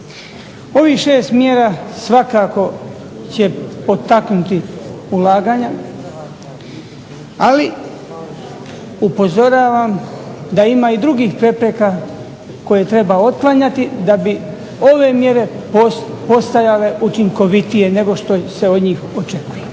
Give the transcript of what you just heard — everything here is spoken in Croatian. Ovih 6 mjera svakako će potaknuti ulaganja ali upozoravam da ima i drugih prepreka koje treba otklanjati da bi ove mjere postajale učinkovitije nego što se od njih očekuje.